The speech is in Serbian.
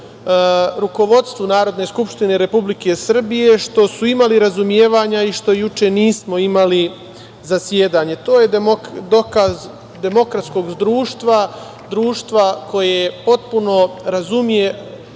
rukovodstvu Narodne skupštine Republike Srbije što su imali razumevanja i što juče nismo imali zasedanje. To je dokaz demokratskog društva, društva koje potpuno razume